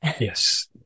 Yes